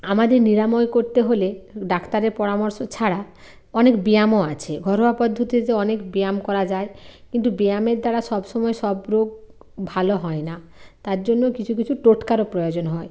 আমাদের নিরাময় করতে হলে ডাক্তারের পরামর্শ ছাড়া অনেক ব্যায়ামও আছে ঘরোয়া পদ্ধতিতে অনেক ব্যায়াম করা যায় কিন্তু ব্যায়ামের দ্বারা সব সময় সব রোগ ভালো হয় না তার জন্য কিছু কিছু টোটকারও প্রয়োজন হয়